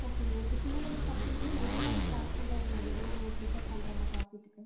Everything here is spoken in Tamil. ஓகேங்க இப்போ சின்ன லெவல் கம்பெனின்னால் எது மாதிரி க்ளாத் வந்து அவங்க அதிகமாக ப்ரிஃபெர் பண்ணுறாங்க ப்ராஃபிட்டுக்கு